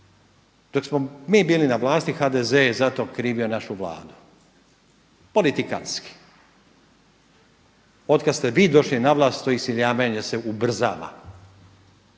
dok smo mi bili na vlasti HDZ je za to krivio našu vladu, politikantski. Od kada ste vi došli na vlast to iseljavanje se ubrzava.